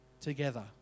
together